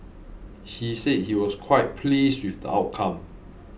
he said he was quite pleased with the outcome